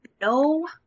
no